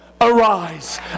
Arise